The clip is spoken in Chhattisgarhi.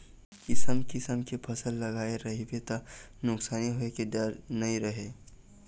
किसम किसम के फसल लगाए रहिबे त नुकसानी होए के डर नइ रहय